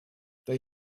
they